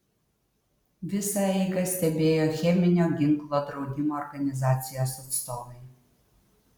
visą eigą stebėjo cheminio ginklo draudimo organizacijos atstovai